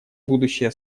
будущее